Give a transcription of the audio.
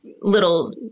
little